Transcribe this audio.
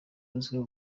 azwiho